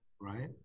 right